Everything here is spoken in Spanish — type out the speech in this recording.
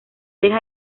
deja